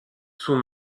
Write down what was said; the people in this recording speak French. sous